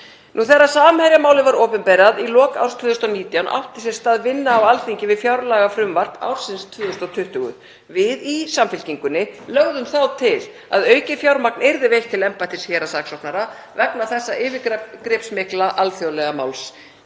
Þegar Samherjamálið var opinberað í lok árs 2019 átti sér stað vinna á Alþingi við fjárlagafrumvarp ársins 2020. Við í Samfylkingunni lögðum til að aukið fjármagn yrði veitt til embættis héraðssaksóknara vegna þessa yfirgripsmikla alþjóðlega máls.